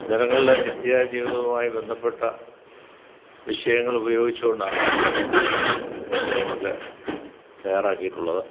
ജനങ്ങളുടെ നിത്യ ജീവിതവുമായി ബന്ധപ്പെട്ട വിഷയങ്ങളുപയോഗിച്ചുകൊണ്ടാണ് തൻ്റെ പുസ്തകങ്ങളൊക്കെ തയ്യാറാക്കിയിട്ടുള്ളത്